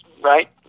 right